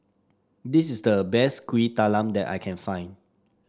this is the best Kuih Talam that I can find